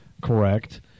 correct